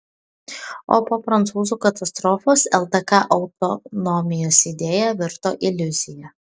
o po prancūzų katastrofos ldk autonomijos idėja virto iliuzija